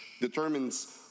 determines